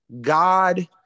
God